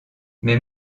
mais